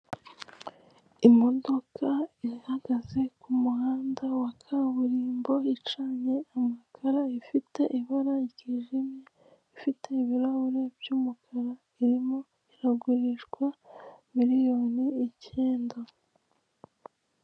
Imodoka ihagaze ku muhanda wa kaburimbo icanye amatara, ifite ibara ryijimye, ifite ibirahure by'umukara, irimo iragurishwa miliyoni icyenda.